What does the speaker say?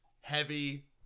heavy